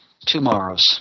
Tomorrow's